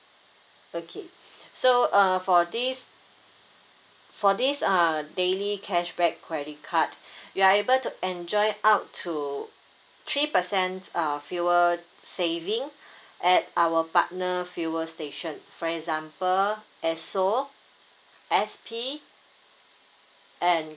okay so uh for this for this uh daily cashback credit card you are able to enjoy up to three percent uh fuel saving at our partner fuel station for example esso S_P and